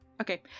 Okay